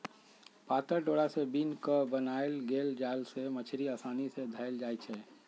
पातर डोरा से बिन क बनाएल गेल जाल से मछड़ी असानी से धएल जाइ छै